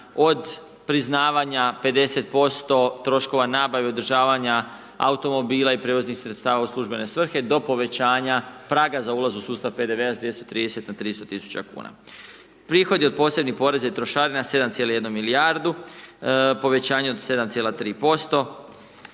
od priznavanja 50% troškova nabave i održavanja automobila i prijevoznih sredstava u službene svrhe do povećanja praga za ulaz u sustav PDV s 230 na 300 tisuća kuna. Prihodi od posebnih poreza i trošarina 7,1 milijardu, povećanje od 7,3%,